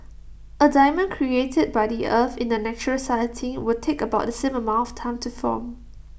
A diamond created by the earth in A natural setting would take about the same amount of time to form